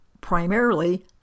primarily